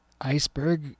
iceberg